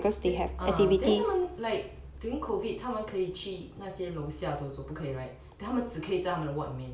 ah then like during COVID 他们可以去那些楼下走走不可以 right then 他们只可以在他们的 ward